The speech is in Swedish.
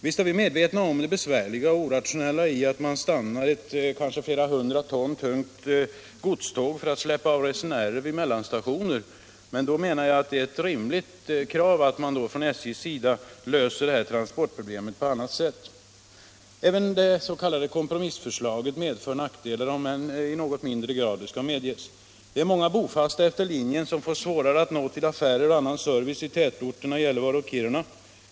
Visst är vi medvetna om det besvärliga och orationella i att stanna ett flera hundra ton tungt godståg för att släppa av resenärer vid mellanstationer, men det är då ett rimligt krav att SJ löser detta transportproblem på annat sätt. Även det s.k. kompromissförslaget medför nackdelar — om än i mindre grad — det skall medges. Det är många bofasta efter linjen som får svårare att nå till affärer och annan service i tätorterna Gällivare och Kiruna.